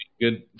Good